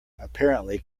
apparently